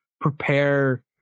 prepare